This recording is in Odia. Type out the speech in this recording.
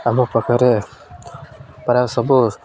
ଆମ ପାଖରେ ପ୍ରାୟ ସବୁ